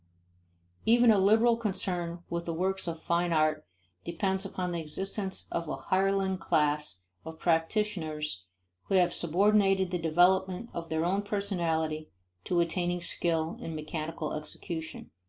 even a liberal concern with the works of fine art depends upon the existence of a hireling class of practitioners who have subordinated the development of their own personality to attaining skill in mechanical execution.